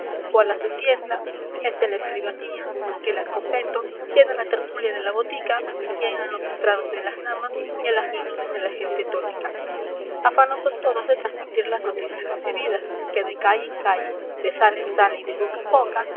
cuál a su tienda este a la escribanía aquel al convento quién a la tertulia de la botica quién a los estrados de las damas y a las reuniones de la gente tónica afanosos todos de transmitir las noticias recibidas que de calle en calle de sala en sala y de boca